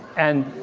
and,